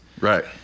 right